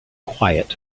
quiet